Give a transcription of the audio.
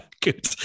Good